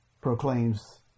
proclaims